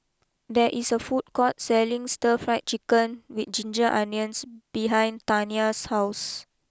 there is a food court selling Stir Fry Chicken with Ginger Onions behind Tania's house